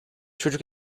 çocuk